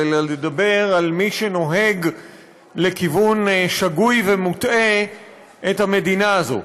אלא לדבר על מי שנוהג לכיוון שגוי ומוטעה את המדינה הזאת,